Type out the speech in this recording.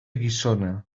guissona